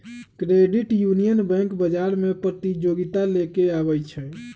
credit union bank बजार में प्रतिजोगिता लेके आबै छइ